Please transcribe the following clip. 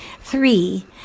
Three